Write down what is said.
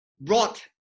brought